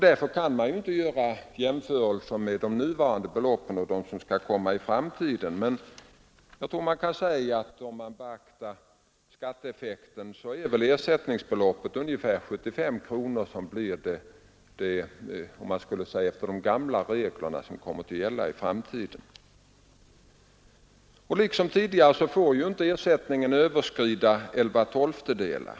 Därför kan man inte göra jämförelser mellan de nuvarande beloppen och de som skall tillämpas i framtiden. Men om man beaktar skatteeffekterna torde den summa som den försäkrade erhåller i kassor, som gått upp till de högsta ersättningsbeloppen, bli ungefär 75 kronor. Liksom tidigare får dock ersättningen inte överskrida 11/12 av medlemmens arbetsinkomst.